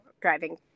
driving